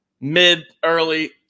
mid-early